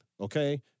Okay